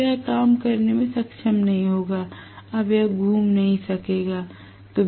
अब यह काम करने में सक्षम नहीं होगा अब यह घूम नहीं सकेगा